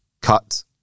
cut